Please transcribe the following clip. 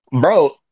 bro